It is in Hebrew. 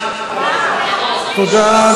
תודה,